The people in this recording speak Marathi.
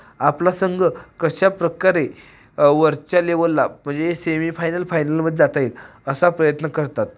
आपला संघ कशा प्रकारे वरच्या लेवलला म्हणजे सेमी फायनल फायनलमध्ये जाता येईल असा प्रयत्न करतात